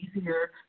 easier